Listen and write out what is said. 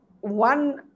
one